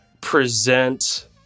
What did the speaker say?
present